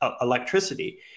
electricity